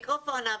אבי.